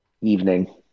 evening